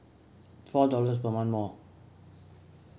four dollars per month more